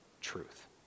truth